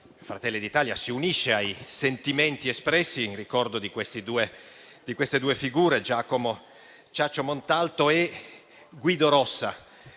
si unisce ai sentimenti espressi in ricordo di queste due figure: Giacomo Ciaccio Montalto e Guido Rossa.